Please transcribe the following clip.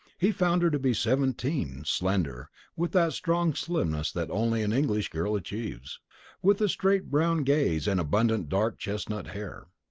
he found her to be seventeen, slender, with that strong slimness that only an english girl achieves with a straight brown gaze and abundant dark chestnut hair.